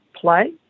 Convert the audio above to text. play